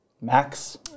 Max